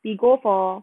we go for